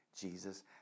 Jesus